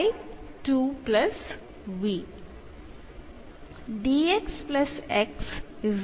അതുകൊണ്ട് സമവാക്യത്തെ എന്നെഴുതുന്നു